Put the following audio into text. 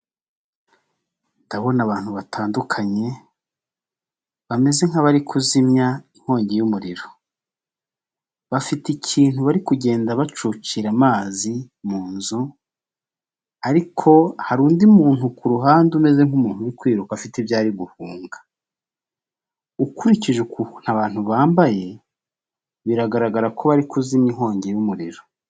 Ndabona abantu batandukanye, bameze nk'abari kuzimya inkongi y'umuriro, bafite ikintu bari kugenda bacucira amazi mu nzu ariko hari undi muntu ku ruhande umeze nk'umuntu uri kwiruka afite ibyo guhunga, ukurikije ukuntu abantu bambaye biragaragara ko bari kuzimya inkongi y'umuriro.